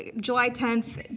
ah july tenth,